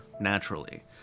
naturally